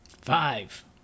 Five